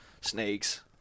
snakes